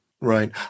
right